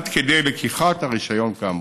עד כדי לקיחת הרישיון כאמור.